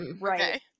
Right